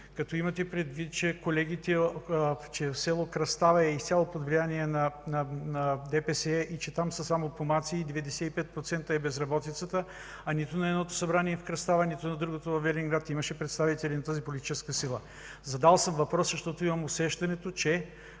като имате предвид, че село Кръстава е изцяло под влияние на ДПС и че там са само помаци – 95% е безработицата, а нито на едното събрание в Кръстава, нито на другото във Велинград имаше представители на тази политическа сила. Задал съм въпроса, защото имам усещането, че